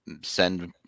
send